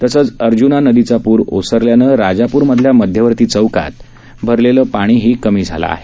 तसंच अर्जूना नदीचा प्र ओसरल्यानं राजाप्रमधल्या मध्यवर्ती जवाहर चौकात भरलेलं पाणीही कमी झालं आहे